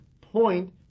point